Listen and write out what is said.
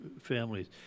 families